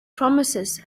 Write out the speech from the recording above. promises